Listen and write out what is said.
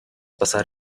pasar